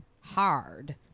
hard